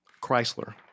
Chrysler